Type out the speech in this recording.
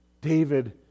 David